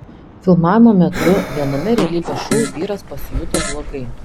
filmavimo metu viename realybės šou vyras pasijuto blogai